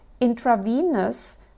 intravenous